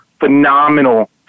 Phenomenal